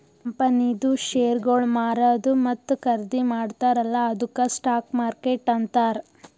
ಕಂಪನಿದು ಶೇರ್ಗೊಳ್ ಮಾರದು ಮತ್ತ ಖರ್ದಿ ಮಾಡ್ತಾರ ಅಲ್ಲಾ ಅದ್ದುಕ್ ಸ್ಟಾಕ್ ಮಾರ್ಕೆಟ್ ಅಂತಾರ್